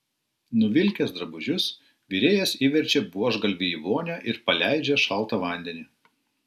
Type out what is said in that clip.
nuvilkęs drabužius virėjas įverčia buožgalvį į vonią ir paleidžia šaltą vandenį